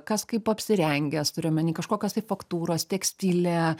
kas kaip apsirengęs turiu omeny kažkokios tai faktūros tekstilė